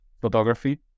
photography